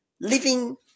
living